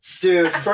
Dude